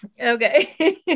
Okay